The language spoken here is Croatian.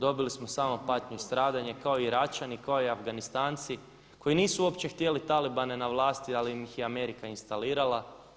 Dobili smo samo patnju i stradanje kao i Iračani, kao i Afganistanci koji nisu uopće htjeli talibane na vlasti ali ih je Amerika instalirala.